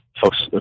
folks